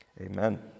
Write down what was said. Amen